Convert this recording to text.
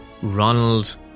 Ronald